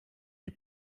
die